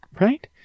right